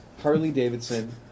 Harley-Davidson